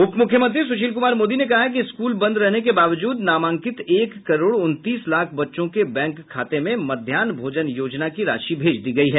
उप मुख्यमंत्री सुशील कुमार मोदी ने कहा है कि स्कूल बंद रहने के बावजूद नामांकित एक करोड़ उनतीस लाख बच्चों के बैंक खाते में मध्याह भोजन योजना की राशि भेज दी गयी है